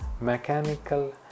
mechanical